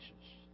Jesus